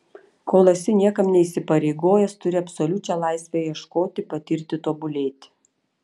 kol esi niekam neįsipareigojęs turi absoliučią laisvę ieškoti patirti tobulėti